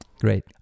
Great